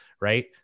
right